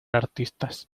artistas